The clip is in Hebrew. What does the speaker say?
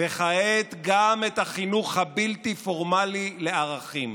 וכעת גם את החינוך הבלתי-פורמלי לערכים.